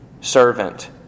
servant